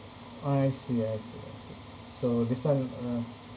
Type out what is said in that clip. I see I see I see so this one uh